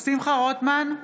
שמחה רוטמן,